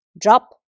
drop